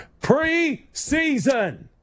Preseason